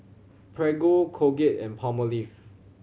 Prego Colgate and Palmolive